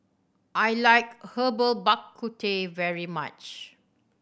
I like Herbal Bak Ku Teh very much